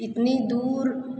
इतनी दूर